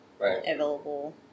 available